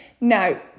Now